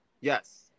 Yes